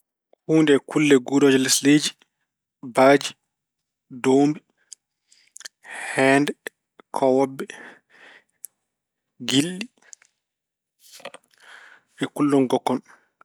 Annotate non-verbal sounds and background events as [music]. Huunde e kulle nguurooje e les leydi: baaji, doombi, heende, koowobbe, gilɗi, [hesitation] e kullol ngoɗkon.